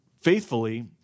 faithfully